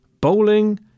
bowling